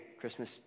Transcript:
Christmas